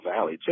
Valley